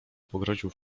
pogroził